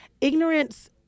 ignorance